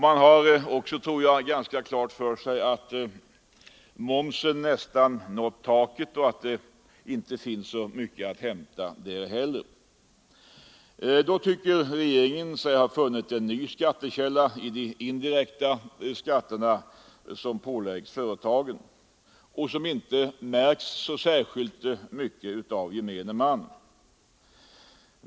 Man har också klart för sig, tror jag, att momsen nästan har nått taket och att det inte finns mycket mer att hämta där heller. Då tycker regeringen sig ha funnit en skattekälla i de indirekta skatter som påläggs företagen och som inte märks så särskilt mycket av gemene man.